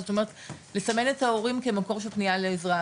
זאת אומרת לסמן את ההורים כמקור של פנייה לעזרה,